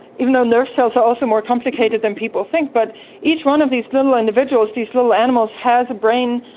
even though nerve cells are also more complicated than people think, but each one of these little individuals, these little animals, has a brain,